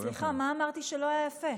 לא יפה.